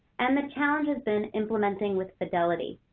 and the challenge has been implementing with fidelity.